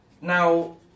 now